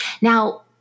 now